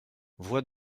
voix